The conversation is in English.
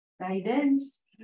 guidance